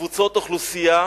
לקבוצות אוכלוסייה